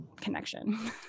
connection